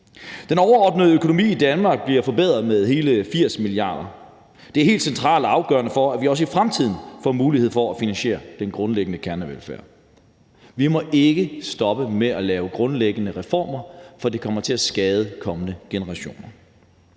Den overordnede økonomi i Danmark bliver forbedret med hele 80 mia. kr. Det er helt centralt og afgørende for, at vi også i fremtiden får mulighed for at finansiere den grundlæggende kernevelfærd. Vi må ikke stoppe med at lave grundlæggende reformer, for det kommer til at skade kommende generationer.